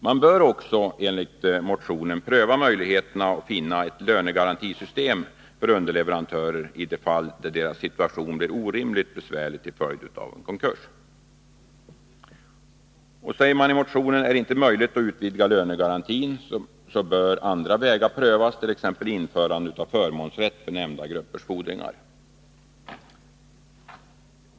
Man bör också enligt motionen pröva möjligheten att finna ett lönegarantisystem för underleverantörer i de fall där deras situation blir orimligt besvärlig till följd av en konkurs. Är det inte möjligt att utvidga lönegarantin, bör, säger motionärerna, andra vägar prövas, t.ex. införande av förmånsrätt för nämnda gruppers fordringar.